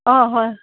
অঁ হয়